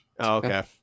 okay